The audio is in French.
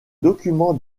document